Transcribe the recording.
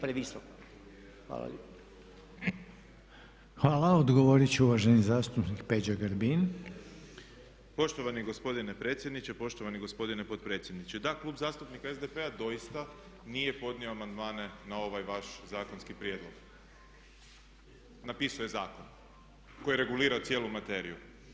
Poštovani gospodine predsjedniče, poštovani gospodine potpredsjedniče da Klub zastupnika SDP-a doista nije podnio amandmane na ovaj vaš zakonskih prijedlog, napisao je zakon koji je regulirao cijelu materiju.